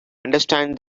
understand